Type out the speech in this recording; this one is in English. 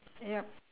yup